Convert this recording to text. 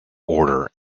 order